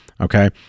Okay